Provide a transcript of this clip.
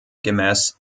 gemäß